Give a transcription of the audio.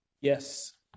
Yes